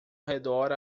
redor